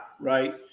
right